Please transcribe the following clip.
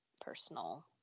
personal